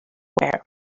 wear